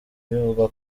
bivuga